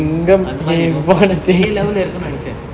அந்த மாரி:antha maari you know a level இருக்கும்னு நெநெச்சேன்:irukkumnu nenechen